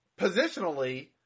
positionally